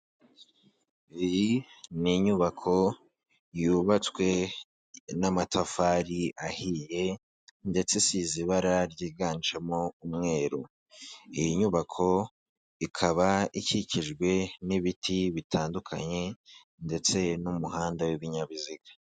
Iyi ni inyubako yubatswe n'amatafari ahiye ndetse isize ibara ryiganjemo umweru, iyi nyubako ikaba ikikijwe n'ibiti bitandukanye ndetse n'umuhanda w'ibinyabiziga.